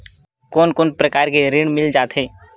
कोन कोन प्रकार के ऋण मिल जाथे?